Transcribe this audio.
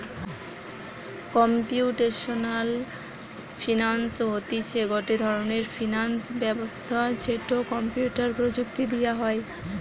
computational finance হতিছে গটে ধরণের ফিনান্স ব্যবস্থা যেটো কম্পিউটার প্রযুক্তি দিয়া হই